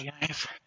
guys